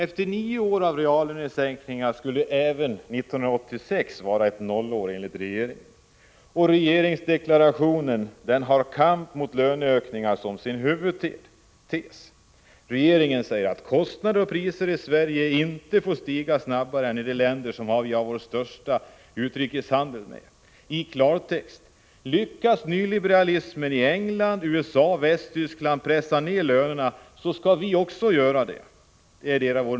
Efter nio år av reallönesänkningar skall även 1986 vara ett nollår enligt regeringen. Regeringsdeklarationen har kamp mot löneökningar som en huvudtes. Regeringen säger att kostnader och priser i Sverige inte får stiga snabbare än i de länder som har störst betydelse för vår utrikeshandel. I klartext innebär det att lyckas nyliberalismen i England, USA och Västtyskland pressa ned lönerna skall vi också göra det.